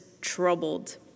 troubled